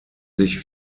sich